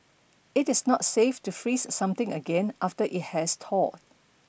it is not safe to freeze something again after it has thawed